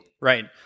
Right